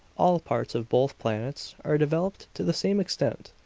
all parts of both planets are developed to the same extent,